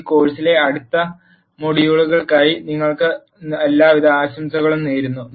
ഈ കോഴ് സിലെ അടുത്ത മൊഡ്യൂളുകൾക്കായി നിങ്ങൾക്ക് എല്ലാവിധ ആശംസകളും നേരുന്നു